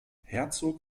herzog